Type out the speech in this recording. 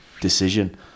decision